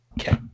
Okay